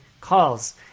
calls